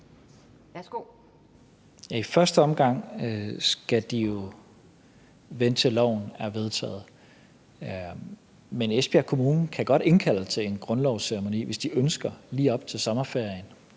I første omgang skal de jo vente, til loven er vedtaget. Men Esbjerg Kommune kan godt indkalde til en grundlovsceremoni, hvis de ønsker det, lige op til sommerferien.